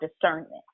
discernment